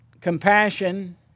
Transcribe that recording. compassion